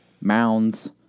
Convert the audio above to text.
Mounds